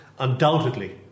Undoubtedly